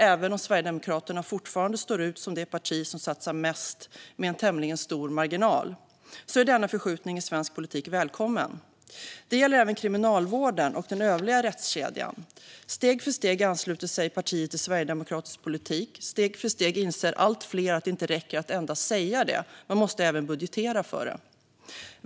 Även om Sverigedemokraterna fortfarande står ut som det parti som satsar mest med en tämligen stor marginal är denna förskjutning i svensk politik välkommen. Detta gäller även Kriminalvården och den övriga rättskedjan. Steg för steg ansluter sig partier till sverigedemokratisk politik. Steg för steg inser allt fler att det inte räcker att endast säga det; man måste även budgetera för det.